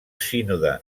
sínode